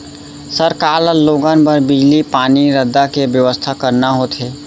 सरकार ल लोगन बर बिजली, पानी, रद्दा के बेवस्था करना होथे